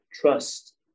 trust